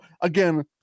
again